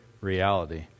reality